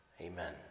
Amen